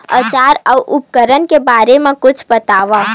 औजार अउ उपकरण के बारे मा कुछु बतावव?